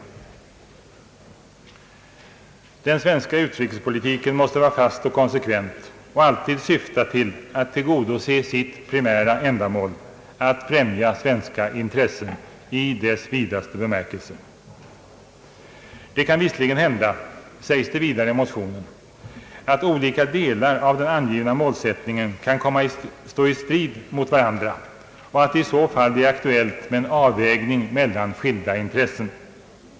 Den svenska utrikespolitiken måste vara fast och konsekvent och alltid syfta till att tillgodose sitt primära ändamål, att främja svenska intressen i detta uttrycks vidaste bemärkelse. Det kan visserligen hända, sägs det vidare i motionen, att olika delar av den angivna målsättningen kan komma att stå i strid med varandra och att det i så fall blir aktuellt med en avvägning mellan skilda intressen.